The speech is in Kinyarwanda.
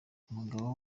umugabo